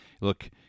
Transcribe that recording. look